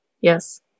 Yes